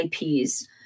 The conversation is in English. IPs